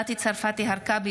מטי צרפתי הרכבי,